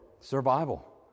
survival